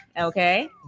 okay